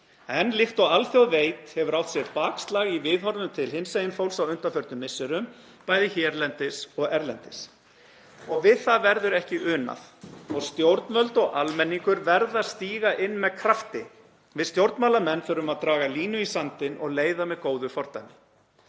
En líkt og alþjóð veit hefur átt sér bakslag í viðhorfum til hinsegin fólks á undanförnum misserum, bæði hérlendis og erlendis, og við það verður ekki unað. Stjórnvöld og almenningur verða að stíga inn af krafti. Við stjórnmálamenn þurfum að draga línu í sandinn og leiða með góðu fordæmi.